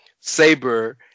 Saber